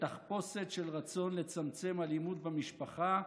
בתחפושת של רצון לצמצם אלימות במשפחה,